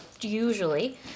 usually